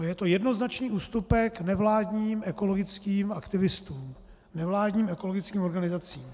Je to jednoznačný ústupek nevládním ekologickým aktivistům, nevládním ekologickým organizacím.